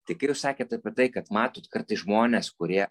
tai kai jūs sakėt apie tai kad matot kartais žmones kurie